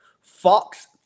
Fox